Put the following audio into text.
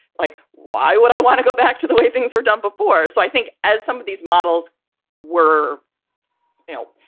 like, why would i want to go back to the way things are done before? so i think as some of these models were, you know,